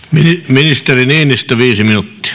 ministeri niinistö viisi minuuttia